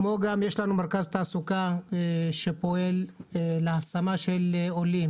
כמו גם יש לנו מרכז תעסוקה שפועל להשמה של עולים